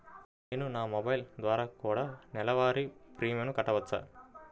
నేను నా మొబైల్ ద్వారా కూడ నెల వారి ప్రీమియంను కట్టావచ్చా?